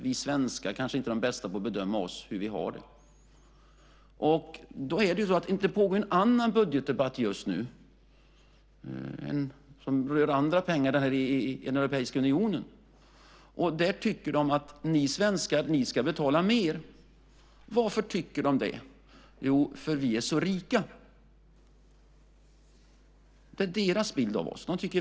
Vi svenskar kanske inte är de bästa på att bedöma hur vi har det. Det pågår en annan budgetdebatt just nu som rör andra pengar, inom den europeiska unionen. Där tycker de att vi svenskar ska betala mer. Varför tycker de det? Jo, vi är så rika. Det är deras bild av oss.